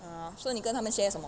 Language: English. ah so 你跟她们 share 些什么